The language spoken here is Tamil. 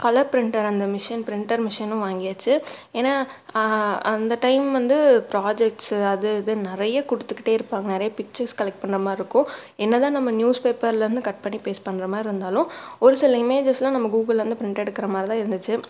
கலர் பிரிண்டர் அந்த மிஷின் பிரிண்டர் மிஷினும் வாங்கியாச்சு ஏன்னால் அந்த டைம் வந்து ப்ராஜெக்ட்ஸு அது இதுன்னு நிறையா கொடுத்துக்கிட்டே இருப்பாங்க நிறையா பிக்ட்சர்ஸ் கலெக்ட் பண்ண மாதிரி இருக்கும் என்ன தான் நம்ம நியூஸ் பேப்பரில் இருந்து கட் பண்ணி பேஸ்ட் பண்ணுற மாதிரி இருந்தாலும் ஒரு சில இமேஜஸெலாம் நம்ம கூகுளில் வந்து பிரிண்ட் எடுக்கிற மாதிரி தான் இருந்துச்சு